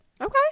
Okay